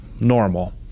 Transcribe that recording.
normal